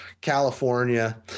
California